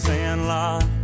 Sandlot